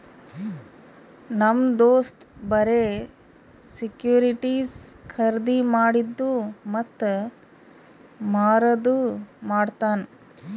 ನಮ್ ದೋಸ್ತ್ ಬರೆ ಸೆಕ್ಯೂರಿಟಿಸ್ ಖರ್ದಿ ಮಾಡಿದ್ದು ಮತ್ತ ಮಾರದು ಮಾಡ್ತಾನ್